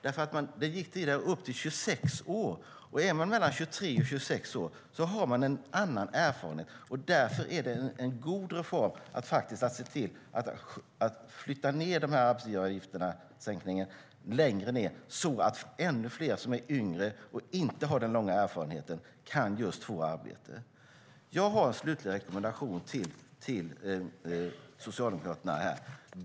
Det gick tidigare upp till 26 år. Är man mellan 23 och 26 år har man en annan erfarenhet. Därför är det en god reform att se till att flytta arbetsgivaravgiftssänkningen längre ned i åldrarna, så att ännu fler som är yngre och inte har lång erfarenhet kan få arbete. Jag har slutligen en rekommendation till Socialdemokraterna.